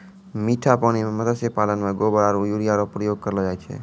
मीठा पानी मे मत्स्य पालन मे गोबर आरु यूरिया रो प्रयोग करलो जाय छै